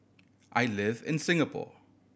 I live in Singapore